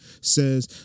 says